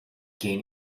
gain